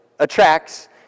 Attracts